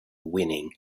winning